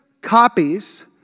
copies